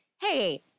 hey